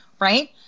right